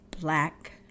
black